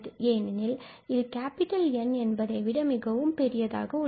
ஏனெனில் இது N என்பதை விட மிகவும் பெரியதாக உள்ளது